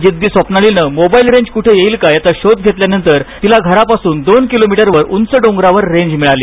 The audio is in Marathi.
जिद्दी स्वप्नालीने मोबाईल रेंज कुठे येईल याचा शोध घेतल्यावर तिला घरापासून दोन किलोमीटरवर उंच डोंगरावर रेंज मिळाली